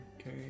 Okay